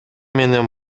менен